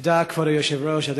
תודה, כבוד היושב-ראש.